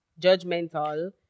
judgmental